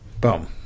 Boom